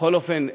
בכל אופן,